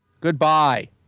goodbye